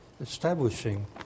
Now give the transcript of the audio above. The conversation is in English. establishing